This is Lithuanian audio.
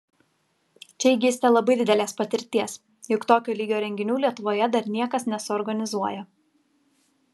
čia įgysite labai didelės patirties juk tokio lygio renginių lietuvoje dar niekas nesuorganizuoja